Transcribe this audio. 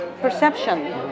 perception